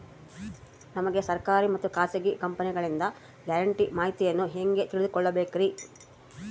ನಮಗೆ ಸರ್ಕಾರಿ ಮತ್ತು ಖಾಸಗಿ ಕಂಪನಿಗಳಿಂದ ಗ್ಯಾರಂಟಿ ಮಾಹಿತಿಯನ್ನು ಹೆಂಗೆ ತಿಳಿದುಕೊಳ್ಳಬೇಕ್ರಿ?